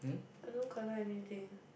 I don't collect anything